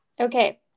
okay